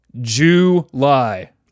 July